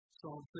Psalm